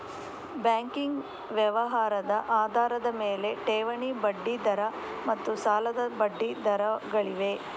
banking ವ್ಯವಹಾರದ ಆಧಾರದ ಮೇಲೆ, ಠೇವಣಿ ಬಡ್ಡಿ ದರ ಮತ್ತು ಸಾಲದ ಬಡ್ಡಿ ದರಗಳಿವೆ